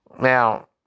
Now